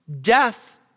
Death